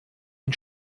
ein